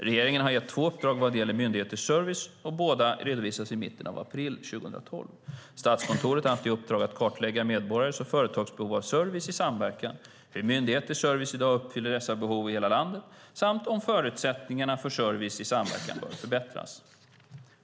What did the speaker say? Regeringen har gett två uppdrag vad gäller myndigheters service, och båda redovisades i mitten av april 2012. Statskontoret har haft i uppdrag att kartlägga medborgares och företags behov av service i samverkan, hur myndigheters service i dag uppfyller dessa behov i hela landet samt om förutsättningarna för service i samverkan behöver förbättras.